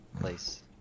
place